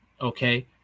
okay